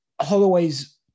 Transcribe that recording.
Holloway's